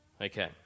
Okay